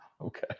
Okay